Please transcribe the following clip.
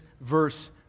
verse